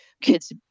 Kids